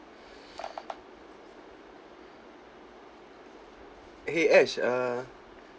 !hey! ash err